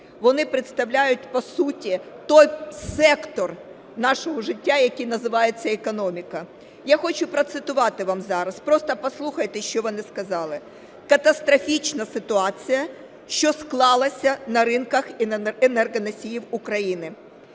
Вони представляють, по суті, той сектор нашого життя, який називається "економіка". Я хочу процитувати вам зараз, просто послухайте, що вони сказали: "Катастрофічна ситуація, що склалася на ринках енергоносіїв України.